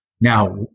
Now